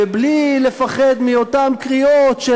ובלי לפחד מאותן קריאות של,